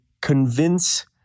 convince